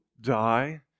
die